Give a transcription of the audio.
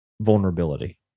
vulnerability